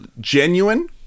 genuine